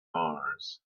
mars